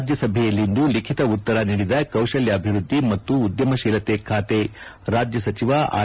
ರಾಜ್ಯಸಭೆಯಲ್ಲಿಂದು ಲಿಖಿತ ಉತ್ತರ ನೀಡಿದ ಕೌಶಲ್ಯಾಭಿವೃದ್ಧಿ ಮತ್ತು ಉದ್ಯಮಶೀಲತೆ ಖಾತೆ ರಾಜ್ಯ ಸಚಿವ ಆರ್